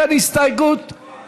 עבד אל חכים חאג' יחיא,